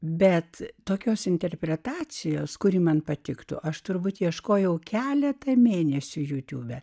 bet tokios interpretacijos kuri man patiktų aš turbūt ieškojau keletą mėnesių išdžiūvę